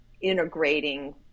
integrating